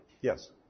Yes